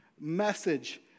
message